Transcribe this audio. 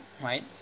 right